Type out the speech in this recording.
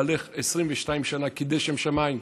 בעלך יצחק 22 שנה קידש שם שמיים,